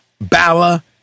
Bala